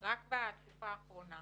בתקופה האחרונה